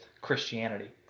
Christianity